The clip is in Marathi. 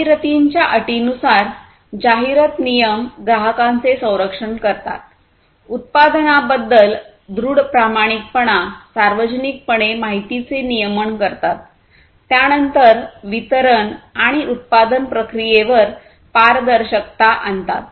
जाहिरातींच्या अटींनुसार जाहिरात नियम ग्राहकांचे संरक्षण करतात उत्पादनाबद्दल दृढ प्रामाणिकपणा सार्वजनिक पणे माहितीचे नियमन करतात त्यानंतर वितरण आणि उत्पादन प्रक्रियेवर पारदर्शकता आणतात